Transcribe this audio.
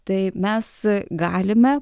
tai mes galime